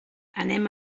anem